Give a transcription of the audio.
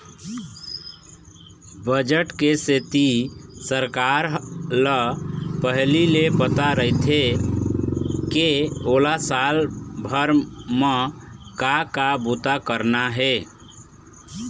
budget के सेती सरकार ल पहिली ले पता रहिथे के ओला साल भर म का का बूता करना हे